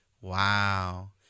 Wow